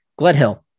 Gledhill